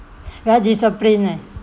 very discipline leh